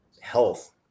health